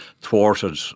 thwarted